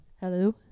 Hello